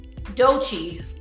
Dochi